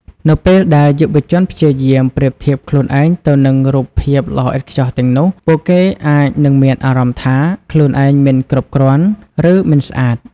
នៅពេលដែលយុវជនព្យាយាមប្រៀបធៀបខ្លួនឯងទៅនឹងរូបភាពល្អឥតខ្ចោះទាំងនោះ ពួកគេអាចនឹងមានអារម្មណ៍ថា ខ្លួនឯងមិនគ្រប់គ្រាន់ ឬ មិនស្អាត។